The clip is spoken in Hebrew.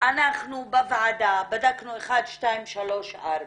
אנחנו בוועדה בדקנו 1,2,3,4,